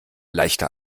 leichter